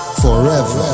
forever